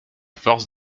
forces